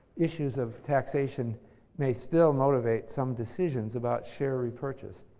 issues of taxation may still motivate some decisions about share repurchase.